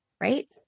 right